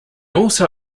also